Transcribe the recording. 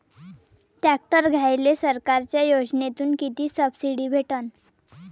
Tractor घ्यायले सरकारच्या योजनेतून किती सबसिडी भेटन?